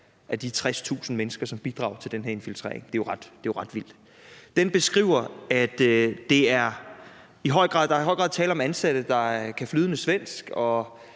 af de 60.000 mennesker, som bidrager til den her infiltrering, hvilket jo er ret vildt, beskriver, at der i høj grad er tale om ansatte, der kan flydende svensk og